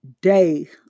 day